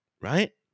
right